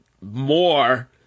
more